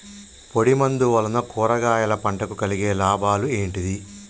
పొడిమందు వలన కూరగాయల పంటకు కలిగే లాభాలు ఏంటిది?